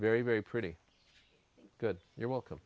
very very pretty good you're welcome